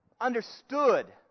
understood